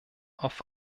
auf